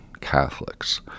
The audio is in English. Catholics